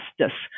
justice